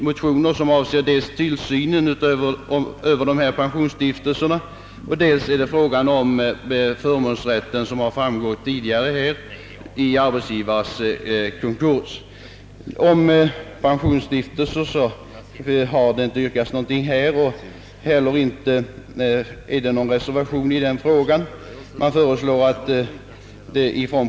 Motionerna avser dels frågan om tillsynen över pensionsstiftelser, dels frågan om pensionsfordringars förmånsrätt i arbetsgivares konkurs. När det gäller tillsynen över pensionsstiftelserna har inte något yrkande ställts, och någon reservation bar inte heller avgivits i den frågan.